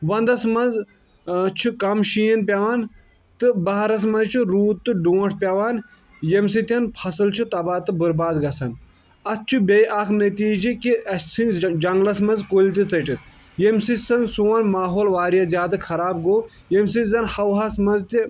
وَنٛدس منٛز چھ کَم شیٖن پیٚوان تہٕ بہارَس منٛز چھُ روٗد تہٕ ڈونٹھ پیوان ییٚمہِ سۭتۍ فَصٕل چھُ تباہ تہٕ بُرباد گژھان اَتھ چھ بیٚیہِ اکھ نٔتیٖجہٕ کہِ اَسہِ ژھٕنۍ جنٛگلَس منٛز کُلۍ تہِ ژٔٹِتھ ییٚمہِ سۭتۍ زَن سون ماحول واریاہ زیادٕ خراب گوٚو ییٚمہِ سۭتۍ زَن ہوہس منٛز تہِ